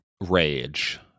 rage